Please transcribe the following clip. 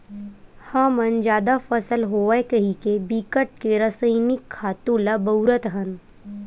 हमन जादा फसल होवय कहिके बिकट के रसइनिक खातू ल बउरत हन